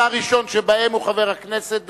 הראשון שבהם הוא חבר הכנסת דנון,